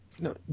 No